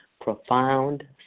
profound